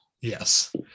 Yes